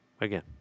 again